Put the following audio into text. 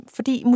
Fordi